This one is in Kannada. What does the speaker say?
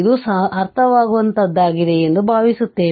ಇದು ಅರ್ಥವಾಗುವಂತಹದ್ದಾಗಿದೆ ಎಂದು ಭಾವಿಸುತ್ತೇವೆ